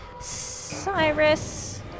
Cyrus